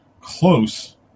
close